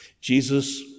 Jesus